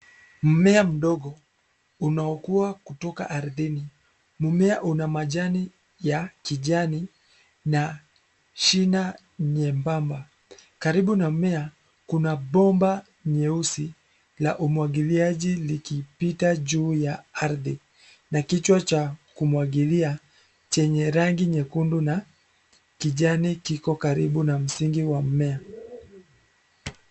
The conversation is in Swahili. Mmea mdogo, unaokuwa kutoka ardhini, mmea una majani, ya, kijani, na, shina, nyembamba, karibu na mmea, kuna bomba, nyeusi, la umwagiliaji likipita juu ya ardhi, na kichwa cha, kumwagilia, chenye rangi nyekundu na, kijani kiko karibu na msingi wa mmea.